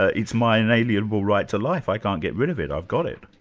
ah it's my inalienable right to life, i can't get rid of it, i've got it.